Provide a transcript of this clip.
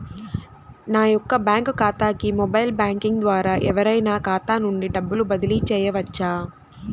నా యొక్క బ్యాంక్ ఖాతాకి మొబైల్ బ్యాంకింగ్ ద్వారా ఎవరైనా ఖాతా నుండి డబ్బు బదిలీ చేయవచ్చా?